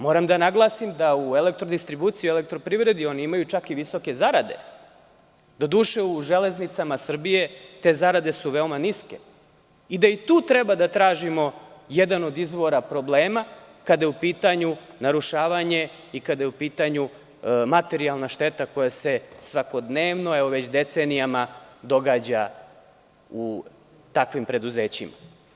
Moram da naglasim da u „Elektrodistribuciji“ i „Elektroprivredi“ čak imaju i visoke zarade, doduše u „Železnicama Srbije“ te zarade su veoma niske i da i tu treba da tražimo jedan od izvora problema, kada je u pitanju narušavanje i kada je u pitanju materijalna šteta koja se svakodnevno, već decenijama događa u takvim preduzećima.